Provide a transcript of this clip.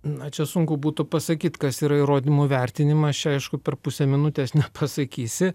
na čia sunku būtų pasakyt kas yra įrodymų vertinimas čia aišku per pusę minutės nepasakysi